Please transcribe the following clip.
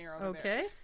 Okay